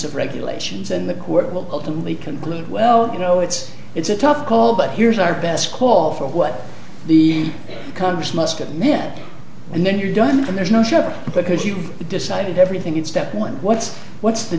of regulations and the court will ultimately conclude well you know it's it's a tough call but here's our best call for what the congress must admit and then you're done and there's no shepherd because you decide everything in step one what's what's the